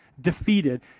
defeated